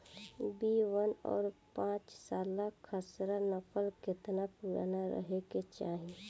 B one और पांचसाला खसरा नकल केतना पुरान रहे के चाहीं?